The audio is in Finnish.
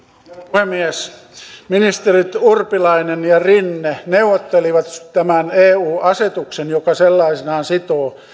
puhemies ministerit urpilainen ja rinne neuvottelivat tämän eu asetuksen joka sellaisenaan sitoo